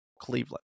Cleveland